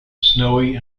snowy